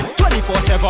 24-7